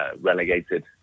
relegated